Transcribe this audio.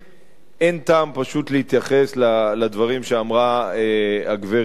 אין טעם, פשוט, להתייחס לדברים שאמרה הגברת לבני,